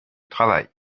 travail